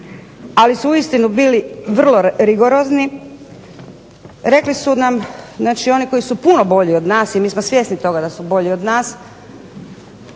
ali su uistinu bili vrlo rigorozni. Rekli su nam, znači one koji su puno bolji od nas i mi smo svjesni toga da su bolji od nas,